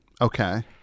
Okay